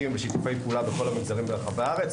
ושיתופי פעולה בכל המגזרים ברחבי הארץ,